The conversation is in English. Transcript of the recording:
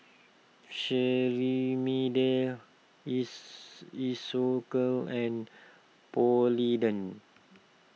Cetrimide Isocal and Polident